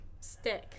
stick